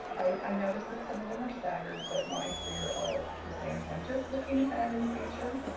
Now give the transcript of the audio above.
i noticed that some of them were staggered, but my three year all at the same time, just looking ahead in the future,